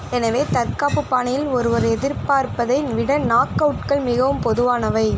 எனவே தற்காப்பு பணியில் ஒருவர் எதிர்பார்ப்பதை விட நாக் அவுட்கள் மிகவும் பொதுவானவை